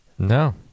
No